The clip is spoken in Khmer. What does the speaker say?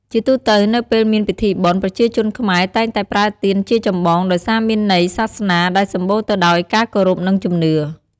ជាទូទៅ នៅពេលមានពិធីបុណ្យ ប្រជាជនខ្មែរតែងតែប្រើទៀនជាចម្បង ដោយសារមានន័យសាសនាដែលសម្បូរទៅដោយការគោរពនិងជំនឿ។